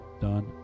Done